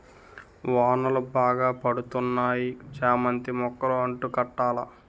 వానలు బాగా పడతన్నాయి చామంతి మొక్కలు అంటు కట్టాల